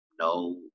No